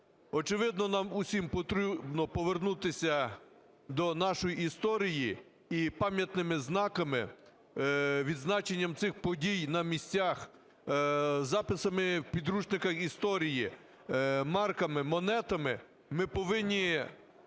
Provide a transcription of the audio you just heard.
Очевидно, нам усім потрібно повернутися до нашої історії і пам'ятними знаками, відзначенням цих подій на місцях, записами в підручниках історії, марками, монетами ми повинні